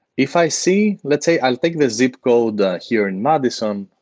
if i see let's say i take the zip code here in madison.